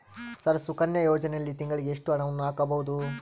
Sir Sukanya ಯೋಜನೆಯಲ್ಲಿ ತಿಂಗಳಿಗೆ ಎಷ್ಟು ಹಣವನ್ನು ಹಾಕಬಹುದು?